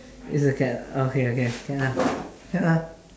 it's a cat ah okay okay can ah can ah